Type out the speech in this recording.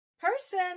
person